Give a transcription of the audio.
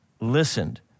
listened